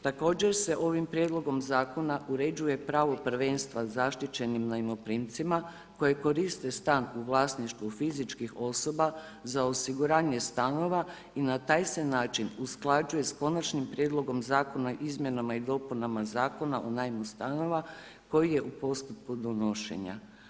Također se ovim prijedlogom zakona uređuje pravo prvenstva zaštićenim najmoprimcima koje koriste stan u vlasništvu fizičkih osoba za osiguranje stanova i na taj se način usklađuje s konačnim prijedlogom zakona, izmjenama i dopunama Zakona o najmu stanova koji je u postupku donošenja.